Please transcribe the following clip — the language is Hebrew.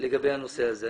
לגבי הנושא הזה.